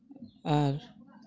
ᱟᱨ